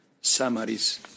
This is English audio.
summaries